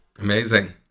Amazing